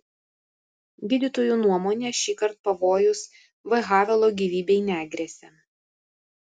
gydytojų nuomone šįkart pavojus v havelo gyvybei negresia